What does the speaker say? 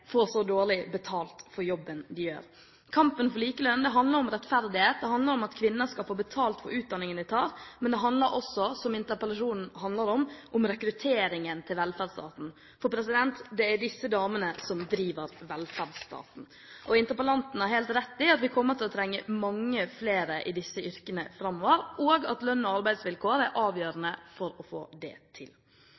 få betalt for utdanningen de tar. Men det handler også, som interpellasjonen handler om, om rekrutteringen til velferdsstaten, for det er disse damene som driver velferdsstaten. Interpellanten har helt rett i at vi kommer til å trenge mange flere i disse yrkene framover, og at lønn og arbeidsvilkår er